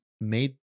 made